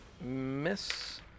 Miss